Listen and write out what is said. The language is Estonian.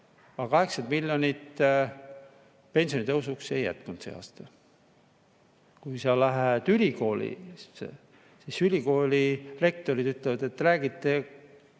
aga 80 miljonit pensionitõusuks ei jätkunud see aasta. Kui sa lähed ülikooli, siis ülikooli rektorid ütlevad, et räägite